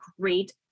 great